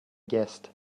guests